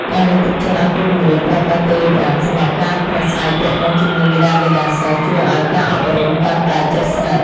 ការលើកទឹកចិត្តឱ្យគ្រូបង្រៀនប្រើប្រាស់តេឡេក្រាមសម្រាប់ការប្រស្រ័យទាក់ទងជាមួយមាតាបិតាសិស្សជួយឱ្យការអប់រំកាន់តែជិតស្និទ្ធ។